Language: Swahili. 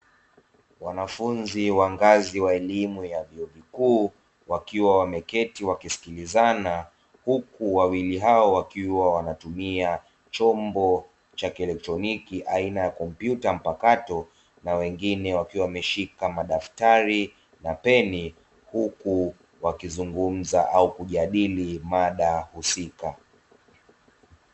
Wanafunzi wa ngazi wa elimu ya chuo kikuu wakiwa wameketi wakisikilizana huku wawili hao wakiwa wanatumia chombo cha kielektroniki aina ya kompyuta mpakato, na wengine wakiwa wameshika madaftari na peni huku wakizungumza au kujadili mada husika.